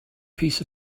piece